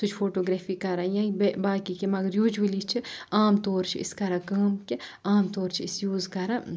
سُہ چھِ فوٹوگرافی کَران یا باقٕے کینٛہہ مَگر یوٗجؤلی چھِ عام طور چھِ أسۍ کَران کٲم کہِ عام طور چھِ أسۍ یوٗز کَران